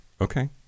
okay